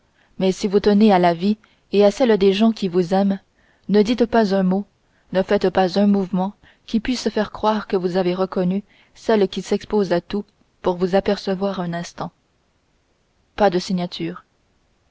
mais si vous tenez à votre vie et à celle des gens qui vous aiment ne dites pas un mot ne faites pas un mouvement qui puisse faire croire que vous avez reconnu celle qui s'expose à tout pour vous apercevoir un instant pas de signature